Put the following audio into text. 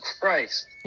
Christ